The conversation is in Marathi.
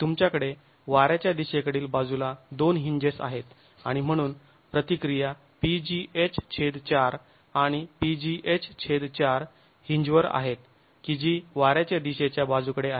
तुमच्याकडे वाऱ्याच्या दिशेकडील बाजूला दोन हींजेस आहेत आणि म्हणून प्रतिक्रिया pgh4 आणि pgh4 हींजवर आहेत कि जी वाऱ्याच्या दिशेच्या बाजूकडे आहे